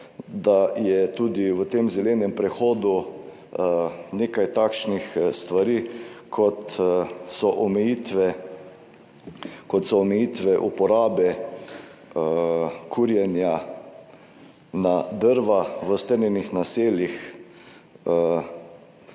da je tudi v tem zelenem prehodu nekaj takšnih stvari, kot so omejitve uporabe kurjenja na drva v strnjenih naseljih.